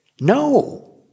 No